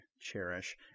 Cherish